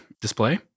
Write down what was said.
display